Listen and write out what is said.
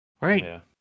Right